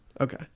Okay